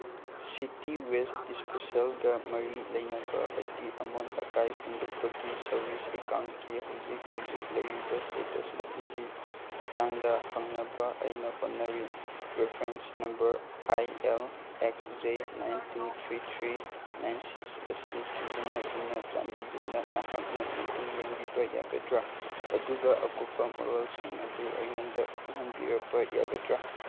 city waste ꯗꯤꯁꯄꯣꯁꯦꯜꯒ ꯃꯔꯤ ꯂꯩꯅꯕ ꯑꯩꯒꯤ ꯑꯃꯣꯠ ꯑꯀꯥꯏ ꯍꯨꯟꯗꯣꯛꯄꯒꯤ ꯁꯔꯚꯤꯁ ꯑꯦꯀꯥꯎꯟꯠꯀꯤ ꯍꯧꯖꯤꯛ ꯍꯧꯖꯤꯛ ꯂꯩꯔꯤꯕ ꯏꯁꯇꯦꯇꯁ ꯑꯗꯨꯒꯤ ꯃꯇꯥꯡꯗ ꯍꯪꯅꯕ ꯑꯩꯅ ꯍꯣꯠꯅꯔꯤ reference number I L X J nine two three three nine six ꯑꯁꯤ ꯁꯤꯖꯤꯟꯅꯗꯨꯅ ꯆꯥꯟꯕꯤꯗꯨꯅ ꯅꯍꯥꯛꯅ ꯃꯗꯨ ꯌꯦꯡꯕꯤꯕ ꯌꯥꯒꯗ꯭ꯔꯥ ꯑꯗꯨꯒ ꯑꯀꯨꯞꯄ ꯃꯔꯣꯜꯁꯤꯡ ꯑꯗꯨ ꯑꯩꯉꯣꯟꯗ ꯈꯪꯍꯟꯕꯤꯔꯛꯄ ꯌꯥꯒꯗ꯭ꯔꯥ